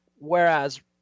Whereas